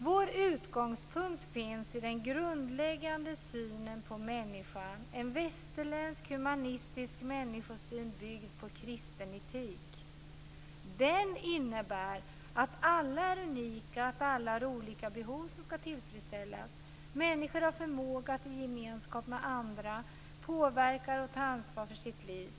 Vår utgångspunkt finns i den grundläggande synen på människan, en västerländsk humanistisk människosyn byggd på kristen etik. Den innebär att alla är unika och att alla har olika behov som skall tillfredsställas. Människor har förmåga att i gemenskap med andra påverka och ta ansvar för sina liv.